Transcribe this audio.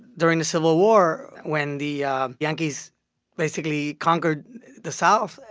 during the civil war, when the um yankees basically conquered the south,